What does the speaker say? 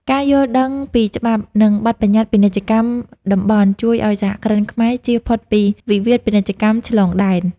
ការយល់ដឹងពីច្បាប់ និងបទបញ្ញត្តិពាណិជ្ជកម្មតំបន់ ជួយឱ្យសហគ្រិនខ្មែរជៀសផុតពីវិវាទពាណិជ្ជកម្មឆ្លងដែន។